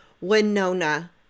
Winona